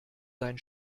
dein